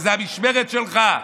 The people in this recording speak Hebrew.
וזו המשמרת שלך.